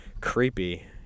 creepy